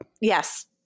Yes